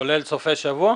כולל סופי שבוע?